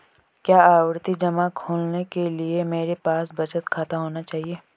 क्या आवर्ती जमा खोलने के लिए मेरे पास बचत खाता होना चाहिए?